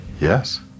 Yes